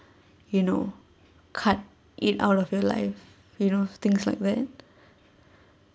you know cut it out of your life you know things like that